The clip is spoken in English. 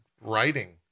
writing